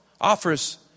offers